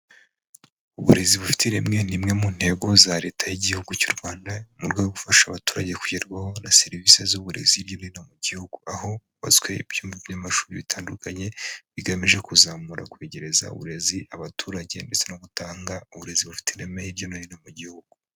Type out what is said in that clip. Uburezi bufite ireme ni imwe mu ntego za Leta y'igihugu cy'u Rwanda mu rwego rwo gufasha abaturage kugerwaho na serivisi z'uburezi hirya no hino mu gihugu aho hubatswe ibyumba by'amashuri bitandukanye bigamije kuzamura, kwegereza uburezi abaturage ndetse no gutanga uburezi bufite ireme hirya no hino mu gihugu.